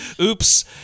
Oops